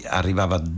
arrivava